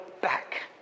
back